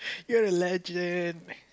you're a legend